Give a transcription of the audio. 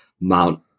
Mount